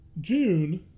June